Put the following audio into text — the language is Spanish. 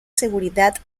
seguridad